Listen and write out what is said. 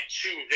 two